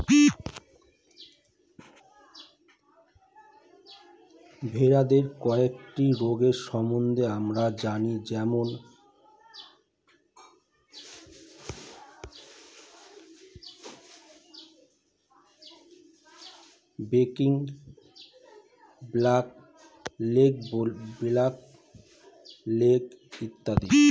ভেড়াদের কয়েকটা রোগ সম্বন্ধে আমরা জানি যেরম ব্র্যাক্সি, ব্ল্যাক লেগ ইত্যাদি